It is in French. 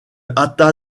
hâta